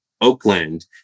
Oakland